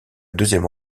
deuxième